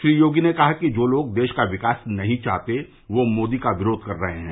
श्री योगी ने कहा कि जो लोग देश का विकास नहीं चाहते हैं वह मोदी का विरोध कर रहे हैं